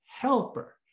helper